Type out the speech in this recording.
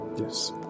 Yes